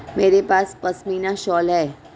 मेरे पास पशमीना शॉल है